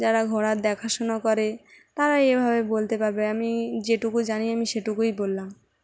যারা ঘোড়ার দেখাশোনা করে তারাই এভাবে বলতে পারবে আমি যেটুকু জানি আমি সেটুকুই বললাম